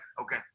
okay